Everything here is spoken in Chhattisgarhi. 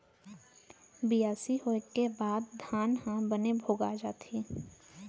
बियासी होय के बाद धान ह बने भोगा जाथे